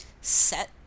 set